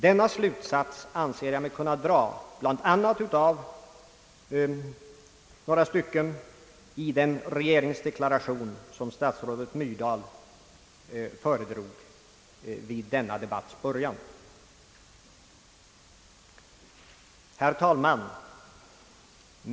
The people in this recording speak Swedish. Denna slutsats anser jag mig kunna dra bl.a. av några meningar i den regeringsdeklaration, som statsrådet Myrdal föredrog inför kammaren vid denna debatts början.